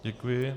Děkuji.